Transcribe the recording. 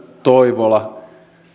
toivola